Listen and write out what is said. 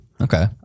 Okay